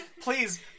Please